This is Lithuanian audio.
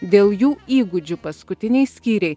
dėl jų įgūdžių paskutiniai skyriai